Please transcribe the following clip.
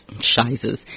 sizes